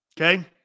Okay